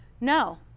No